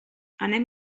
anem